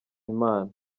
imana